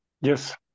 Yes